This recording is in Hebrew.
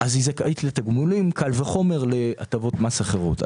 היא זכאית לתגמול, קל וחומר להטבות מס אחרות.